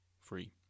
free